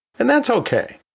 and that's okay.